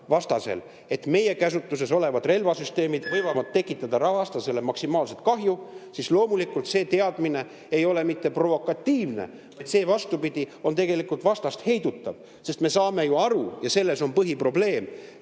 et meie käsutuses olevad relvasüsteemid võivad tekitada talle maksimaalselt kahju. Loomulikult! See teadmine ei ole mitte provokatiivne, vaid see, vastupidi, on tegelikult vastast heidutav. Me saame ju aru – ja selles on põhiprobleem